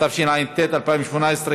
התשע"ט 2018,